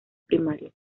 primarios